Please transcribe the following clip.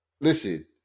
Listen